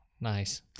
Nice